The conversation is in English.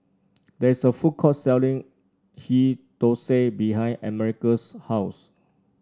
there is a food court selling Ghee Thosai behind America's house